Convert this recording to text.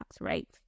right